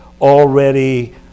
already